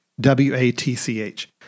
w-a-t-c-h